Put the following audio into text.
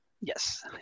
Yes